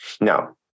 Now